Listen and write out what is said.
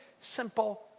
simple